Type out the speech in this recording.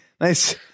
nice